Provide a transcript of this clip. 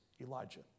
Elijah